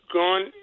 gone